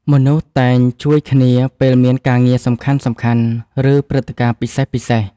មនុស្សតែងជួយគ្នាពេលមានការងារសំខាន់ៗ ឬព្រឹត្តិការណ៍ពិសេសៗ។